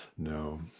No